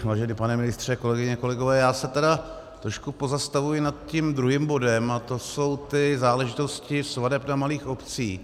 Vážený pane ministře, kolegyně, kolegové, já se tedy trošku pozastavuji nad tím druhým bodem, a to jsou záležitosti svateb na malých obcích.